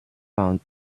found